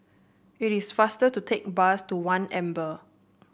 it is faster to take bus to One Amber